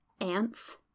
ants